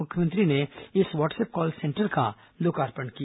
मुख्यमंत्री ने इस व्हाट्सअप कॉल सेंटर का लोकार्पण किया